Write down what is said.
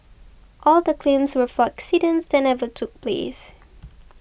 all the claims were for accidents that never took place